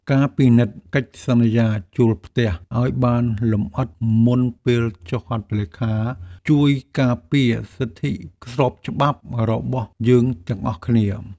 ការពិនិត្យកិច្ចសន្យាជួលផ្ទះឱ្យបានលម្អិតមុនពេលចុះហត្ថលេខាជួយការពារសិទ្ធិស្របច្បាប់របស់យើងទាំងអស់គ្នា។